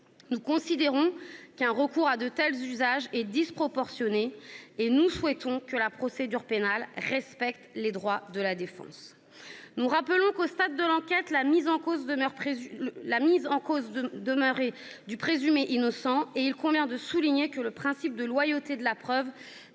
nous en avons débattu. Un recours à de tels usages est disproportionné et nous souhaitons que la procédure pénale respecte les droits de la défense. Nous voulons rappeler que, au stade de l'enquête, le mis en cause demeure présumé innocent et il convient également de souligner que le principe de loyauté de la preuve